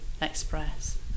express